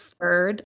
third